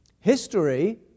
History